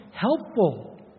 helpful